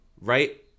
right